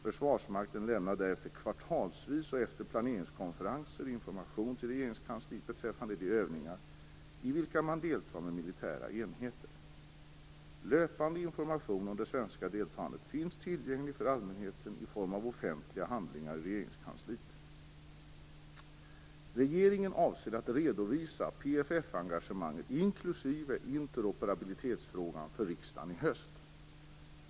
Försvarsmakten lämnar därefter kvartalsvis och efter planeringskonferenser information till Regeringskansliet beträffande de övningar i vilka man deltar med militära enheter. Löpande information om det svenska deltagandet finns tillgänglig för allmänheten i form av offentliga handlingar i Regeringskansliet. Regeringen avser att redovisa PFF-engagemanget, inklusive interoperabilitetsfrågan, för riksdagen i höst.